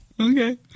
Okay